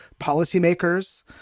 policymakers